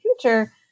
future